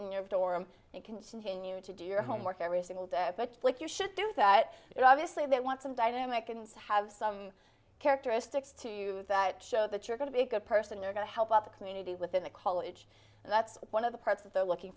in your dorm and continue to do your homework every single day like you should do that you know obviously that want some dynamic and have some characteristics to that show that you're going to be a good person you're going to help out the community within the college and that's one of the parts of the looking